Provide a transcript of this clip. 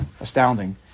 astounding